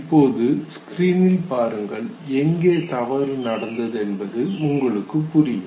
இப்பொழுது ஸ்கிரினில் பாருங்கள் எங்கே தவறு நடந்தது என்பது உங்களுக்கு புரியும்